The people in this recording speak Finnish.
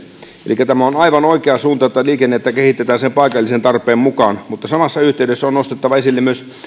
elikkä tämä on aivan oikea suunta että liikennettä kehitetään paikallisen tarpeen mukaan mutta samassa yhteydessä on nostettava esille myös